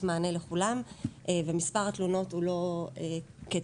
מענה לכולם ומספר התלונות הוא לא כצעקתה.